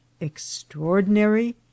extraordinary